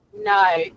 No